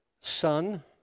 son